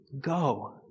go